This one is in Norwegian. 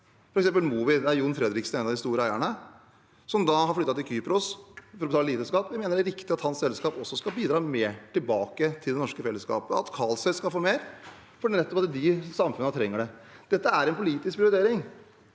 er f.eks. Mowi, der John Fredriksen er en av de store eierne, som har flyttet til Kypros for å betale lite skatt. Vi mener det er riktig at hans selskap også skal bidra mer tilbake til det norske fellesskapet, at Karlsøy skal få mer, nettopp fordi de samfunnene trenger det. Dette er en politisk prioritering.